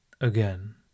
again